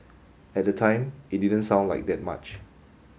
at the time it didn't sound like that much